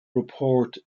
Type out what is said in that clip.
report